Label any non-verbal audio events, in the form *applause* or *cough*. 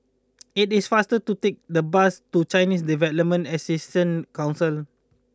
*noise* it is faster to take the bus to Chinese Development Assistance Council